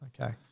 Okay